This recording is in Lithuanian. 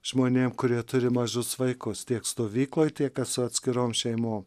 žmonėm kurie turi mažus vaikus tiek stovykloj tiek kas su atskirom šeimom